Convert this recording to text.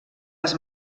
les